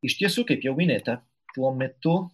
iš tiesų kaip jau minėta tuo metu